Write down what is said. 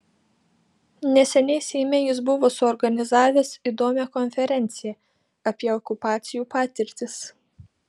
neseniai seime jis buvo suorganizavęs įdomią konferenciją apie okupacijų patirtis